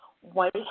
White